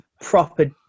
proper